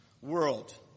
world